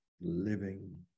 living